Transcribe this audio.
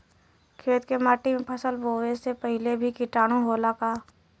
खेत के माटी मे फसल बोवे से पहिले भी किटाणु होला का?